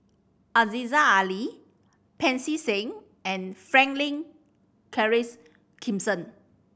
Aziza Ali Pancy Seng and Franklin Charles Gimson